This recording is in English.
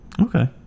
Okay